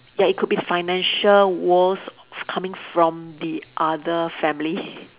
ya it could be financial wars coming from the other family